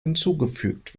hinzugefügt